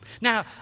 Now